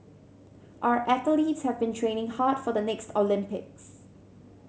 our athletes have been training hard for the next Olympics